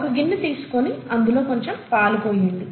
ఒక గిన్నె తీసుకుని అందులో కొంచెం పాలు పొయ్యండి